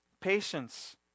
Patience